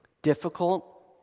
Difficult